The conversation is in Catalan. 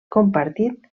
compartit